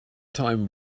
time